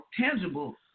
tangible